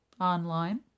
online